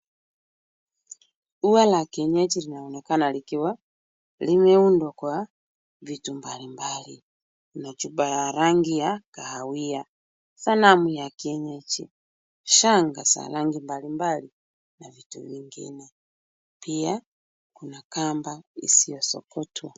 Ua la kienyeji linaonekana likiwa limeundwa kwa vitu mbalimbali na chupa ya rangi ya kahawia. Sanamu ya kienyeji, shanga za rangi mbalimbali na vitu vingine. Pia kuna kamba isiosokotwa.